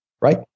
right